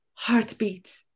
Heartbeat